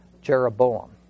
Jeroboam